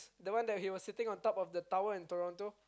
the one that he was sitting on top of the tower in Toronto